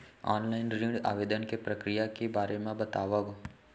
Online ऋण आवेदन के प्रक्रिया के बारे म बतावव?